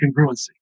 congruency